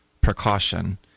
precaution